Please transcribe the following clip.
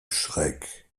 schreck